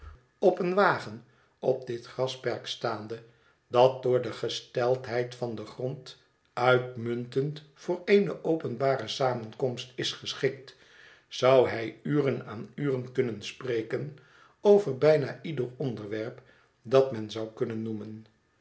op een wagen op dit grasperk staande dat door de gesteldheid van den grond uitmuntend voor eene openbare samenkomst is geschikt zou hij uren aan uren kunnen spreken over bijna ieder onderwerp dat men zou kunnen noemen